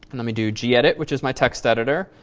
let me do gedit which is my text editor.